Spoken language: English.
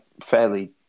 fairly